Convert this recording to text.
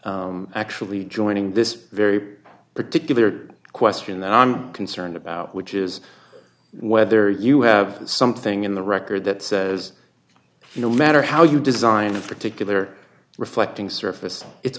than actually joining this very particular question that i'm concerned about which is whether you have something in the record that says no matter how you design a particular reflecting surface it's